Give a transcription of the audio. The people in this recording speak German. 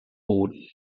boden